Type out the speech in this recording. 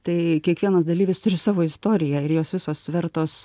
tai kiekvienas dalyvis turi savo istoriją ir jos visos vertos